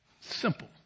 Simple